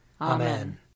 Amen